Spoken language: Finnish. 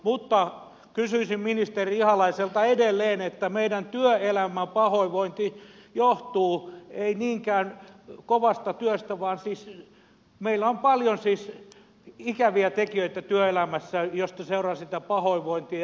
mutta kysyisin ministeri ihalaiselta edelleen siitä että meidän työelämäpahoinvointi ei johdu niinkään kovasta työstä vaan siitä että meillä on paljon ikäviä tekijöitä työelämässä mistä seuraa sitä pahoinvointia